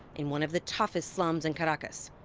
in one of the toughest slums in caracas.